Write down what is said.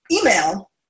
email